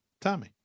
Tommy